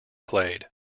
played